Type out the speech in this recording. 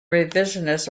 revisionist